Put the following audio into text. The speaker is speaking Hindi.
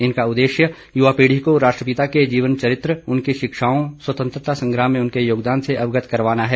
इनका उद्देश्य युवा पीढ़ी को राष्ट्रपिता के जीवन चरित्र उनकी शिक्षाओं स्वतन्त्रता संग्राम में उनके योगदान से अवगत करवाना है